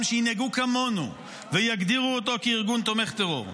שינהגו כמונו ויגדירו אותו כארגון תומך טרור.